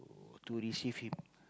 to receive him